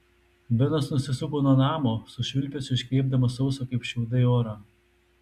benas nusisuko nuo namo su švilpesiu iškvėpdamas sausą kaip šiaudai orą